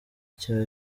cya